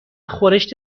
خورشت